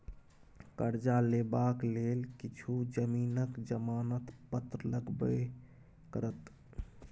करजा लेबाक लेल किछु जमीनक जमानत पत्र लगबे करत